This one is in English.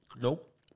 Nope